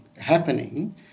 happening